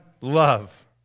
love